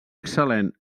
excel·lent